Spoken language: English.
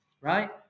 right